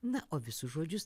na o visus žodžius